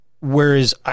Whereas